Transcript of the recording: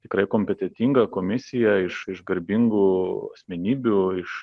tikrai kompetentinga komisija iš garbingų asmenybių iš